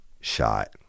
shot